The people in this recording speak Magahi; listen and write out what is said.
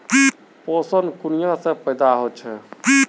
पोषण कुनियाँ से पैदा होचे?